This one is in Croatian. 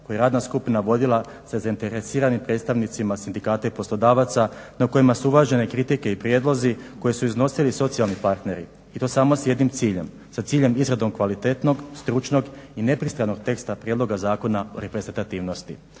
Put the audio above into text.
koji je radna skupina vodila sa zainteresiranim predstavnicima sindikata i poslodavaca na kojima su uvažene kritike i prijedlozi koje su iznosili socijalni partneri i to samo s jednim ciljem, sa ciljem izrade kvalitetnog, stručnog i nepristranog teksta prijedloga Zakona o reprezentativnosti.